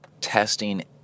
testing